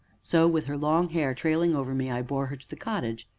so, with her long hair trailing over me, i bore her to the cottage.